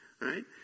right